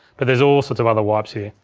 but there's all sorts of other wipes here.